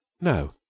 No